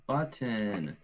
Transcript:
Button